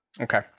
okay